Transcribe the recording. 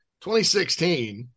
2016